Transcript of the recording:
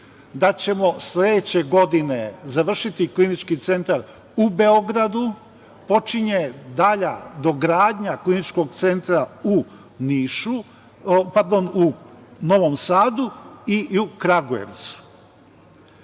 da ćemo sledeće godine završiti Klinički centar u Beogradu, počinje dalja dogradnja Kliničkog centra u Novom Sadu i u Kragujevcu. Napomenuli